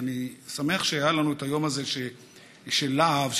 ואני שמח שהיה לנו היום הזה של להב,